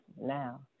now